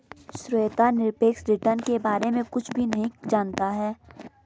श्वेता निरपेक्ष रिटर्न के बारे में कुछ भी नहीं जनता है